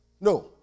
No